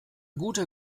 guter